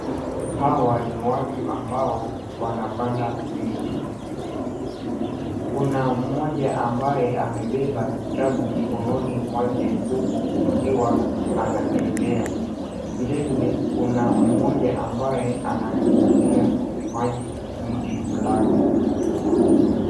Hawa ni watu ambao wanapanda miti kuna mmoja ambaye amebeba kitabu mkononi mwake huku ikiwa anatembea vilevile kuna mmoja amabye ananyunyuzia maji mti flani.